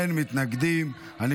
אין מתנגדים, אין נמנעים.